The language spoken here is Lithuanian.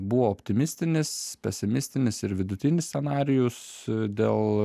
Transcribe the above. buvo optimistinis pesimistinis ir vidutinis scenarijus dėl